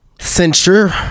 censure